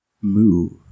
move